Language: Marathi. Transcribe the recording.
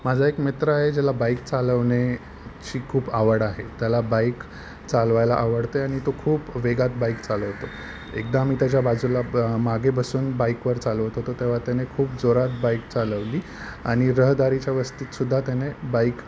माझा एक मित्र आहे ज्याला बाईक चालवण्याची खूप आवड आहे त्याला बाईक चालवायला आवडते आणि तो खूप वेगात बाईक चालवतो एकदा मी त्याच्या बाजूला ब मागे बसून बाईकवर चाललो होतो तर तेव्हा त्याने खूप जोरात बाईक चालवली आणि रहदारीच्या वस्तीतसुद्धा त्याने बाईक